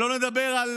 שלא נדבר על